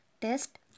test